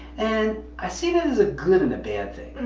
and i see that as a good and a bad thing.